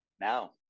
now